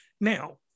Now